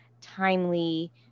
timely